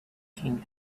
king